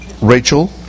Rachel